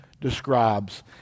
describes